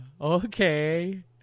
okay